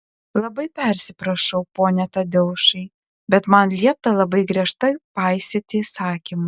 labai persiprašau pone tadeušai bet man liepta labai griežtai paisyti įsakymų